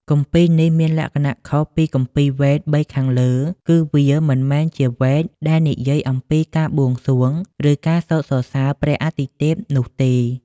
គម្ពីរនេះមានលក្ខណៈខុសពីវេទបីខាងលើ គឺវាមិនមែនជាវេទដែលនិយាយអំពីការបួងសួង ឬការសូត្រសរសើរព្រះអាទិទេពនោះទេ។